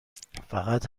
فقط